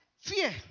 fear